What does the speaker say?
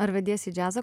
ar vediesi į džiazą